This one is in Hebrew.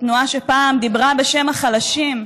התנועה שפעם דיברה בשם החלשים,